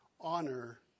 honor